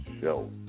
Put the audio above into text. Show